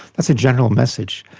that's a general message.